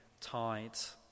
tides